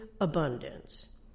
abundance